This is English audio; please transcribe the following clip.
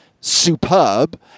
superb